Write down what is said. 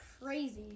crazy